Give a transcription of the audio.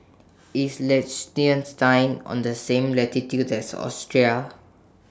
IS Liechtenstein on The same latitude as Austria